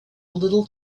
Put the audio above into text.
little